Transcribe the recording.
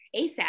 ASAP